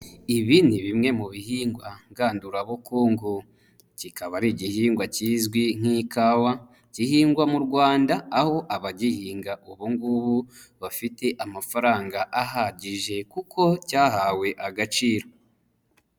Ibi ni bimwe mu bihingwa ngandurabukungu, kikaba ari igihingwa kizwi nk'ikawa, gihingwa mu Rwanda aho abagihinga ubungubu bafite amafaranga ahagije kuko cyahawe agaciro.